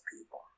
people